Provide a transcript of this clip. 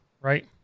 right